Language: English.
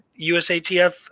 USATF